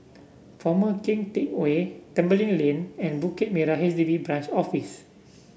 Former Keng Teck Whay Tembeling Lane and Bukit Merah H D B Branch Office